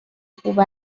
خوب